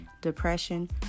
Depression